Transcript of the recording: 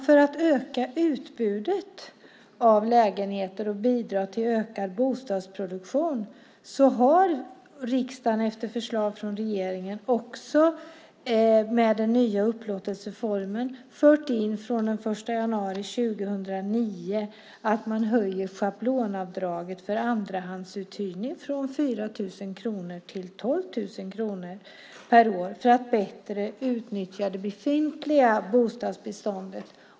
För att öka utbudet av lägenheter och bidra till ökad bostadsproduktion har riksdagen efter förslag från regeringen också med den nya upplåtelseformen fört in från den 1 januari 2009 att man höjer schablonavdraget för andrahandsuthyrning från 4 000 kronor till 12 000 kronor per år. Det är för att bättre utnyttja bostadsbeståndet.